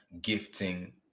gifting